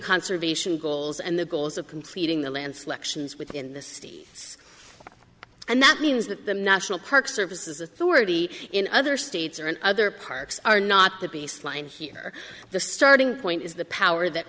conservation goals and the goals of completing the land selections within the city and that means that the national parks services authority in other states or in other parks are not the baseline here the starting point is the power that